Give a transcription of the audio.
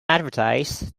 advertise